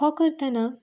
हो करतना